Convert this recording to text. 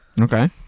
Okay